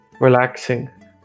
relaxing